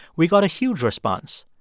we got a huge response.